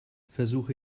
versuche